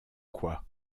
quoi